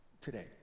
today